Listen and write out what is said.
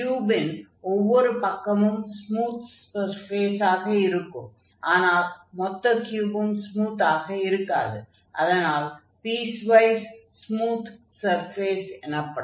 க்யூபின் ஒவ்வொரு பக்கமும் smooth surface ஆக இருக்கும் ஆனால் மொத்த க்யூபும் ஸ்மூத்தாக இருக்காது அதனால் பீஸ்வைஸ் ஸ்மூத் சர்ஃபேஸ் எனப்படும்